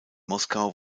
moskau